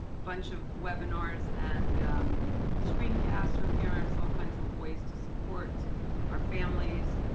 bunch of webinars, and screen casts for parents, all kinds of ways to support our families.